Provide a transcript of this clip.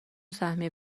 سهمیه